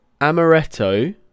Amaretto